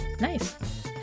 Nice